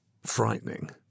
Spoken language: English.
frightening